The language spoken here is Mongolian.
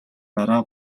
дараа